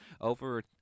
over